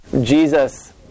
Jesus